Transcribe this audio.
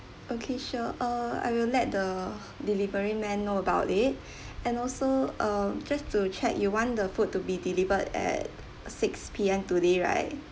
okay sure uh I will let the delivery man know about it and also um just to check you want the food to be delivered at six P_M today right